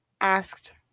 asked